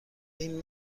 این